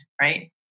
right